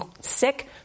sick